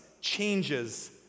changes